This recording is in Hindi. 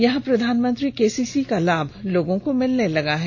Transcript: यहां प्रधानमंत्री केसीसी का लाभ लोगों को मिलने लगा है